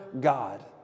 God